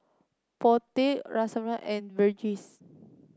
Potti Rasipuram and Verghese